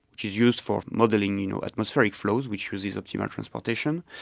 which is used for modelling you know atmospheric flows which uses optimal transportation.